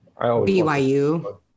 BYU